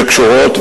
שקשורות,